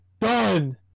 done